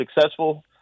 successful